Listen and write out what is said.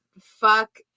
fuck